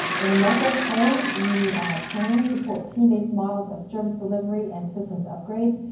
in a medical home you plan, support team based models of service delivery and systems upgrades,